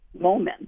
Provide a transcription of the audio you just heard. moment